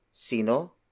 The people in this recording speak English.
Sino